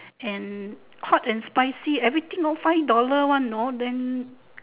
and hot and spicy everything lor five dollar one know then